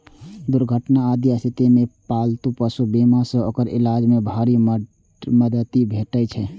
दुर्घटना आदिक स्थिति मे पालतू पशु बीमा सं ओकर इलाज मे भारी मदति भेटै छै